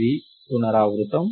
ఇది పునరావృతం